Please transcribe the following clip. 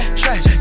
trash